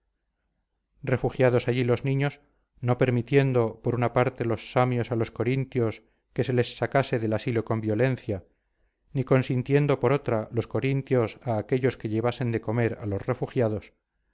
refugiados allí los niños no permitiendo por una parte los samios a los corintios que se les sacase del asilo con violencia ni consintiendo por otra los corintios a aquellos que llevasen de comer a los refugiados